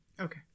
Okay